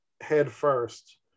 headfirst